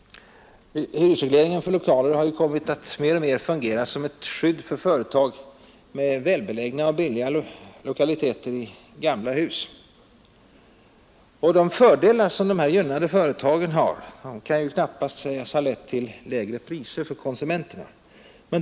Hyresregleringen för lokaler har kommit att mer och mer fungera som ett skydd för företag med välbelägna och billiga lokaliteter i gamla hus. De fördelar som dessa gynnade företag har kan knappast sägas ha lett till lägre priser för konsumenterna.